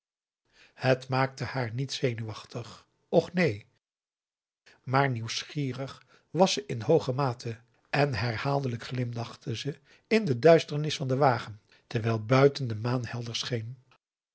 het maakte haar niet zenuwachtig och neen maar nieuwsgierig was ze in hooge mate en herhaaldelijk glimlachte ze in de duisternis van den wagen terwijl buiten de maan helder scheen